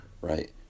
right